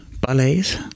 ballets